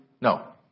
No